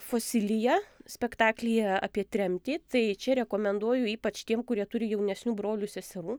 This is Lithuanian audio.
fosilija spektaklyje apie tremtį tai čia rekomenduoju ypač tiem kurie turi jaunesnių brolių seserų